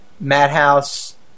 Madhouse